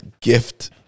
gift